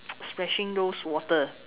splashing those water